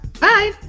Bye